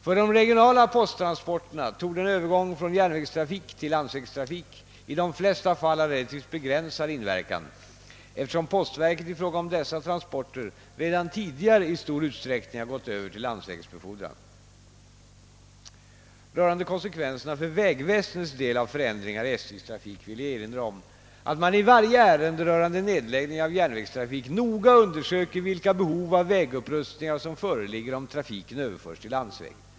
För de regionala posttransporterna torde en övergång från järnvägstrafik till landsvägstrafik i de flesta fall ha relativt begränsad inverkan, eftersom postverket i fråga om dessa transporter redan tidigare i stor utsträckning har gått över till landsvägsbefordran. Rörande konsekvenserna för vägväsendets del av förändringar i SJ:s trafik vill jag erinra om att man i varje ärende rörande nedläggning av järnvägstrafik noga undersöker vilka behov av vägupprustningar som föreligger om trafiken överförs till landsväg.